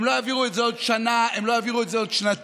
הם לא יעבירו את זה בעוד שנה והם לא יעבירו את זה בעוד שנתיים.